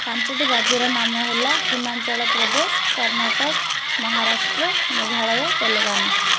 ପାଞ୍ଚଟି ରାଜ୍ୟର ନାମ ହେଲା ହିମାଚଳପ୍ରଦେଶ କର୍ଣ୍ଣାଟକ ମହାରାଷ୍ଟ୍ର ମେଘାଳୟ ତେଲଙ୍ଗାନା